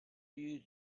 you